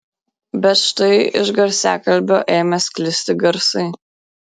bet štai iš garsiakalbio ėmė sklisti garsai